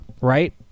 right